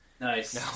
Nice